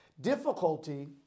difficulty